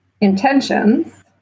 intentions